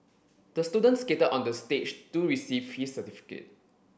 the students skated on the stage to receive his certificate